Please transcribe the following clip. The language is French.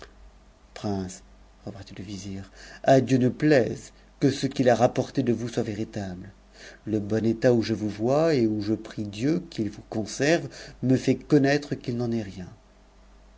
prince repartit le vizir à dieu ne plaise que ce qu'il a rapport de vous soit véritable le bon état où je vous vois et où je prie dieu qu'i vous conserve me fait connattre qu'il n'en est rien